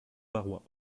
barrois